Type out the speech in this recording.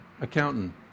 accountant